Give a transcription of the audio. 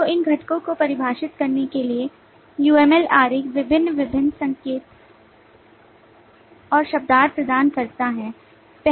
तो इन घटकों को परिभाषित करने के लिए UML आरेख विभिन्न विभिन्न संकेतन और शब्दार्थ प्रदान करता है